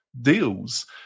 deals